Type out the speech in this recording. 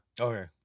Okay